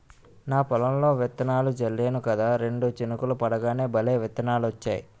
నా పొలంలో విత్తనాలు జల్లేను కదా రెండు చినుకులు పడగానే భలే మొలకలొచ్చాయి